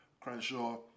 Crenshaw